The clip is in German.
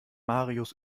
marius